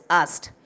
asked